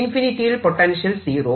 ഇൻഫിനിറ്റിയിൽ potential zero